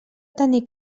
tenir